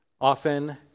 often